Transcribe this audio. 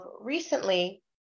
recently